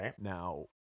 Now